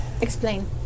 Explain